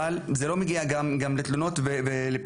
אבל זה לא מגיע גם לתלונות ולפילוחים.